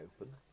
open